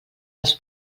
les